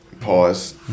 Pause